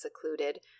secluded